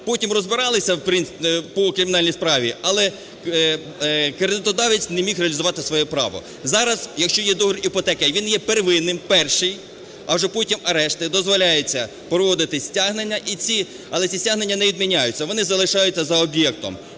Потім розбиралися по кримінальній справі, але кредитодавець не міг реалізувати своє право. Зараз, якщо є договір іпотеки, він є первинний, перший, а вже потім арешти, дозволяється проводити стягнення, але ці стягнення не відміняються, вони залишаються за об'єктом.